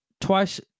twice